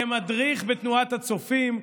כמדריך בתנועת הצופים,